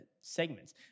segments